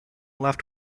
left